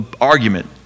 argument